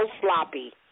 sloppy